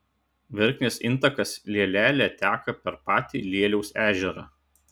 verknės intakas lielelė teka per patį lieliaus ežerą